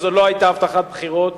שזו לא היתה הבטחת בחירות.